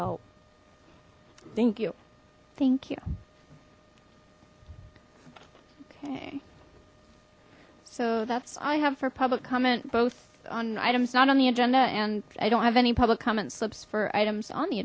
help thank you thank you okay so that's i have for public comment both on items not on the agenda and i don't have any public comment slips for items on the